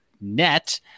Net